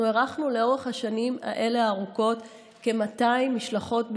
אנחנו אירחנו לאורך השנים הארוכות האלה כ-200 משלחות בשנה.